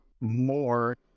more